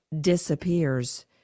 disappears